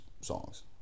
songs